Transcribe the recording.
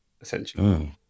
essentially